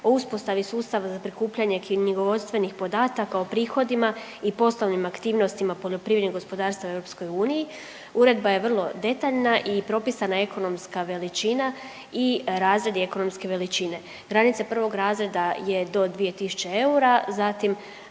o uspostavi sustava za prikupljanje knjigovodstvenih podataka o prihodima i poslovnim aktivnostima poljoprivrednih gospodarstava u EU. Uredba je vrlo detaljna i propisana je ekonomska veličina i razredi ekonomske veličine. Granica prvog razreda je do 2.000 eura, zatim